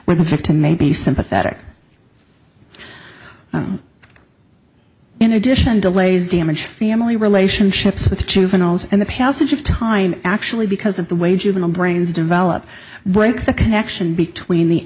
where the victim may be sympathetic in addition delays damage family relationships with juveniles and the passage of time actually because of the way juvenile brains develop break the connection between the